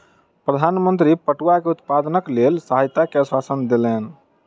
प्रधान मंत्री पटुआ के उत्पादनक लेल सहायता के आश्वासन देलैन